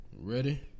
Ready